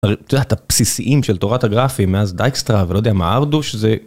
אז את יודעת, את הבסיסיים של תורת הגרפים מאז דייקסטרה ולא יודע מה ארדוש זה.